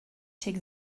took